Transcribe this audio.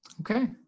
Okay